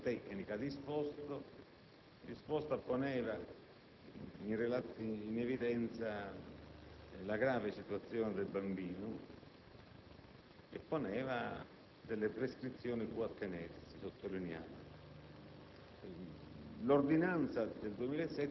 Il deposito della consulenza tecnica disposta poneva in evidenza la grave situazione del bambino e poneva delle prescrizioni cui attenersi. L'ordinanza